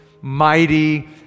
mighty